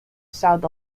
south